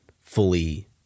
fully